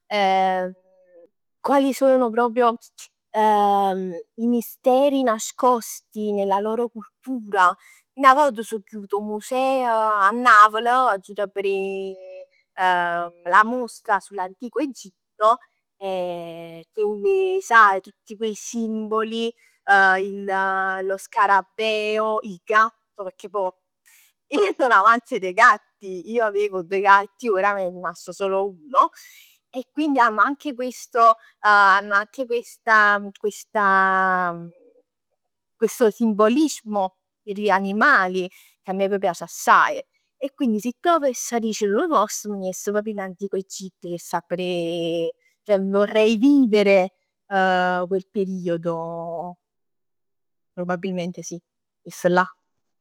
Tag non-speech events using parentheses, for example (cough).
(hesitation) Quali sono proprio (hesitation) i misteri nascosti nella loro cultura, ij 'na vota so jut 'o museo a Napl, so jut a verè, (hesitation) la mostra sull'antico Egitto, (hesitation) sai tutti quei simboli. Il il lo scarabeo, il gatto, pecchè pò io sono amante dei gatti. Io avevo due gatti e ora ne è rimasto solo uno e quindi hanno anche questo, (hesitation) hanno anche questa, questa (hesitation) questo simbolismo per gli animali, che a me m' piace assaje. E quindi si proprj avess dicere nu post, me ne jess proprio in antico Egitto e m' jess a verè, ceh vorrei vivere (hesitation) quel periodo, probabilmente sì, jess là.